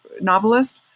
novelist